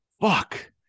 fuck